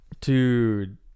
dude